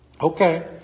Okay